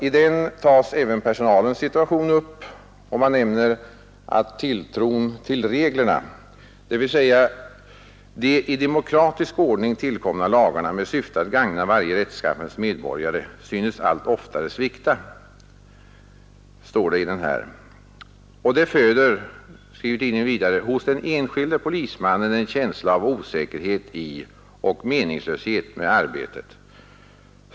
I den tas även personalens situation upp, och man skriver: ”Tilltron till reglerna — dvs. de i demokratisk ordning tillkomna lagarna med syfte att gagna varje rättskaffens medborgare — synes allt oftare svikta. Det föder hos den enskilde polismannen en känsla av osäkerhet i och meningslöshet med arbetet.